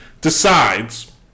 decides